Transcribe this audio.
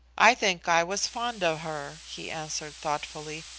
i think i was fond of her, he answered thoughtfully.